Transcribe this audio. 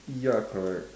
ya correct